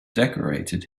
decorated